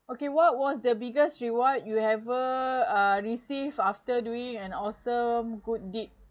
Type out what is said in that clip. okay what was the biggest reward you have ever receive after doing an awesome good deed